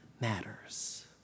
matters